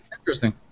Interesting